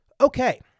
Okay